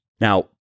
Now